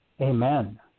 Amen